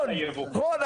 רון,